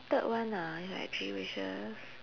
third one ah if I had three wishes